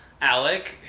Alec